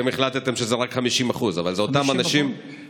החלטתם שזה רק 50%, אבל זה אותם אנשים, 50%?